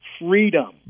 freedom